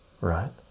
right